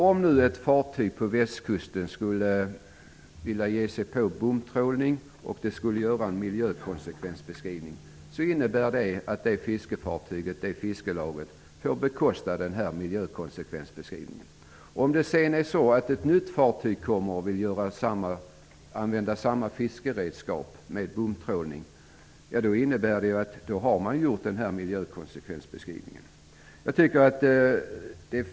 Om ett fartyg vill ägna sig åt bomtrålning på västkusten, måste det fiskelaget bekosta miljökonsekvensbeskrivningen. Om ett nytt fartyg kommer till platsen och vill använda samma typ av fiskeredskap för bomtrålning, har miljökonsekvensbeskrivningen redan gjorts.